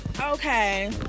okay